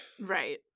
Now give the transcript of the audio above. right